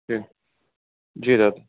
जी जी दादा